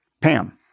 Pam